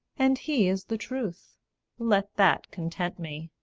and he is the truth let that content me.